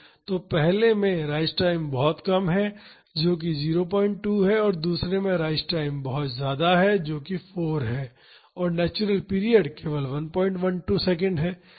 तो पहले में राइज टाइम बहुत कम है जो कि 02 है और दूसरे में राइज टाइम बहुत ज्यादा है जो कि 4 है और नेचुरल पीरियड केवल 112 सेकंड है